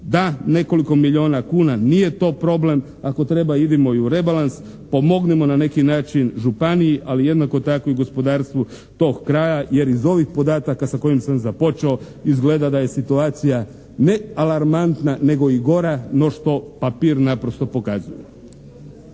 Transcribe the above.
da nekoliko milijuna kuna, nije to problem. Ako treba idemo i u rebalans, pomognimo na neki način županiji, ali jednako tako i gospodarstvu tog kraja. Jer iz ovih podataka sa kojim sam započeo izgleda da je situacija ne alarmantna nego i gora no što papir naprosto pokazuje.